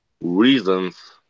reasons